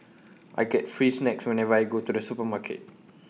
I get free snacks whenever I go to the supermarket